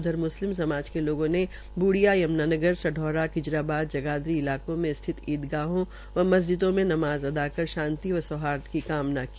उधर मुस्लिम समाज के लोगों ने बूडिया यमुनानगर स ौरा खिजराबाद जागधरी इलाकों में स्थित ईदगाहों व मस्जिदों में नमाज़ अदाकर शांति व सौहार्द की कामना की